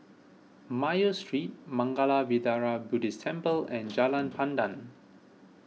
Mayo Street Mangala Vihara Buddhist Temple and Jalan Pandan